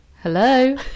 Hello